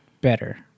better